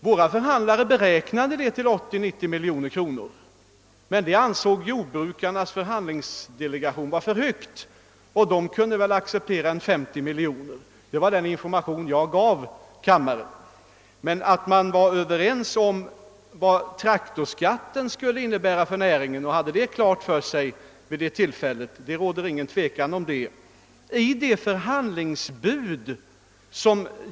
Våra förhandlare beräknade detta till 80—90 miljoner kronor, men det ansåg jordbrukarnas förhandlingsdelegation var för högt — deras uppskattning låg vid ungefär 50 miljoner kronor. Det var den information som jag nyss gav kammaren. Att man hade klart för sig vad traktorskatten skulle innebära för näringen vid det aktuella tillfället råder det inget tvivel om.